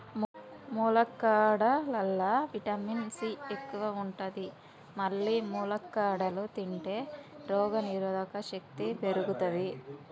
ములక్కాడలల్లా vitamin C ఎక్కువ ఉంటది మల్లి ములక్కాడలు తింటే రోగనిరోధక శక్తి పెరుగుతది